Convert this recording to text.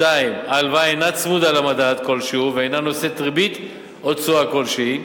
2. ההלוואה אינה צמודה למדד כלשהו ואינה נושאת ריבית או תשואה כלשהי,